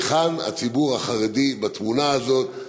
היכן הציבור החרדי בתמונה הזאת?